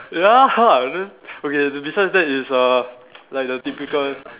ya then okay be~ besides that is uh like the typical